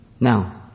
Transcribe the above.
Now